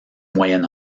moyen